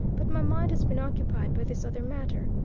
but my mind has been occupied by this other matter.